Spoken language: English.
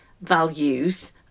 values